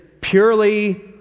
purely